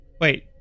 Wait